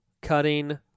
Cutting